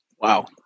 Wow